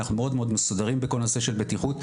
אנחנו מאוד מסודרים בכל הנושא של בטיחות,